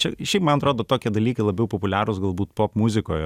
čia šiaip man atrodo tokie dalykai labiau populiarūs galbūt pop muzikoje